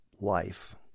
life